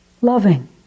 loving